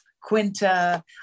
Quinta